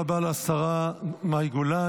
תודה רבה לשרה מאי גולן.